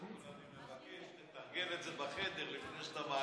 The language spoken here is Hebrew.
אני מבקש שתתרגל את זה בחדר לפני שאתה מעלה את זה פה.